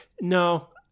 No